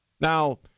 Now